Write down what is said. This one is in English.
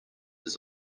his